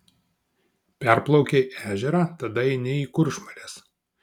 perplaukei ežerą tada eini į kuršmares